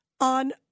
on